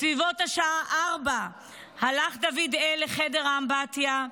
בסביבות השעה 16:00 הלך דוד-אל לחדר האמבטיה,